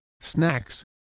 snacks